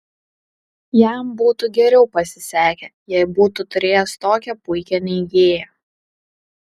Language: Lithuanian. jam būtų geriau pasisekę jei būtų turėjęs tokią puikią neigėją